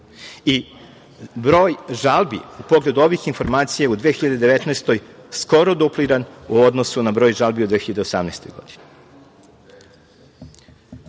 I broj žalbi u pogledu ovih informacija je u 2019. godini skoro dupliran u odnosu na broj žalbi u 2018. godini. Stanje